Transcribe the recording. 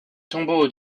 tombeaux